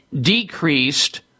decreased